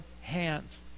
hands